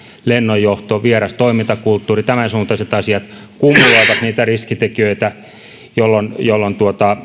lennonjohto vieras toimintakulttuuri tämänsuuntaiset asiat kumuloivat niitä riskitekijöitä jolloin jolloin